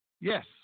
Yes